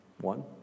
One